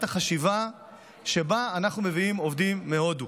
החשיבה שבה אנחנו מביאים עובדים מהודו